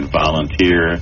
volunteer